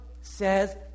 says